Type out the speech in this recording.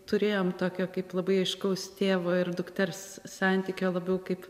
turėjom tokio kaip labai aiškaus tėvo ir dukters santykio labiau kaip